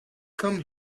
come